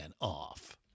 off